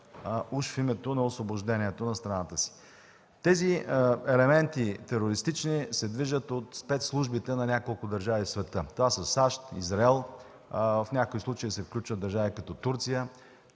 уж в името на освобождението на страната си. Тези терористични елементи се движат от спецслужбите на няколко държави в света. Това са САЩ, Израел, в някои случаи се включват и държави като Турция.